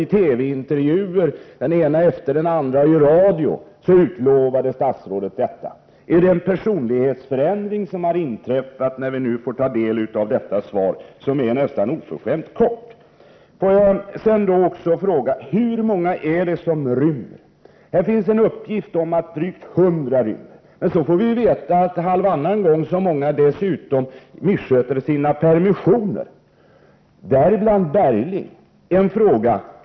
I TV-intervjuer, den ena efter den andra, och i radio utlovade statsrådet detta. Har det inträffat en personlighetsförändring, kan man fråga sig, när vi nu får ta del av detta svar, som är nästan oförskämt kort. Får jag sedan också fråga: Hur många är det som rymmer? Jag har sett en uppgift om att det är drygt 100, men så får vi veta att halvannan gång så många dessutom missköter sina permissioner, däribland Bergling.